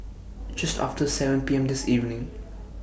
Just after seven P M This evening